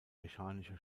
mechanische